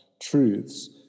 truths